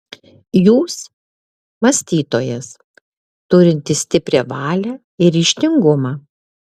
jūs mąstytojas turintis stiprią valią ir ryžtingumą